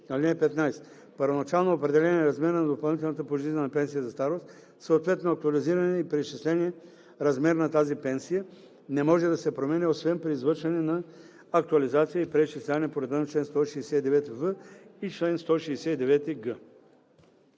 ал. 4. (15) Първоначално определеният размер на допълнителната пожизнена пенсия за старост, съответно актуализираният и преизчислен размер на тази пенсия, не може да се променя, освен при извършване на актуализация и преизчисляване по реда на чл. 169в и чл. 169